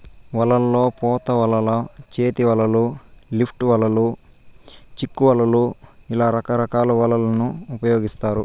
వలల్లో పోత వలలు, చేతి వలలు, లిఫ్ట్ వలలు, చిక్కు వలలు ఇలా రకరకాల వలలను ఉపయోగిత్తారు